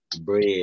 bread